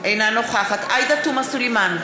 אינה נוכחת עאידה תומא סלימאן,